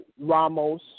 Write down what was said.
Ramos